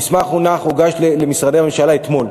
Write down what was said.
המסמך הוגש למשרדי הממשלה אתמול,